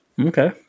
Okay